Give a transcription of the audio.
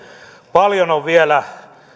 paljon on vielä